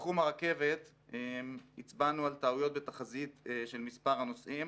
בתחום הרכבת הצבענו על טעויות בתחזית של מספר הנוסעים.